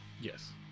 Yes